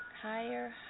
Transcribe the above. higher